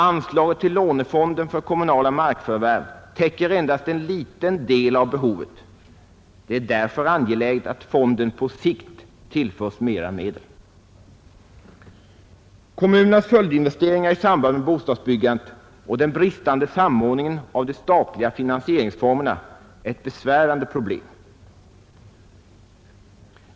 Anslaget till lånefonden för kommunala markförvärv täcker endast en liten del av behovet. Det är därför angeläget att fonden på sikt tillförs mera medel. Kommunernas följdinvesteringar i samband med bostadsbyggandet och den bristande samordningen av de statliga finansieringsformerna är ett besvärande problem.